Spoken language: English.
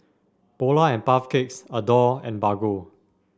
Polar and Puff Cakes Adore and Bargo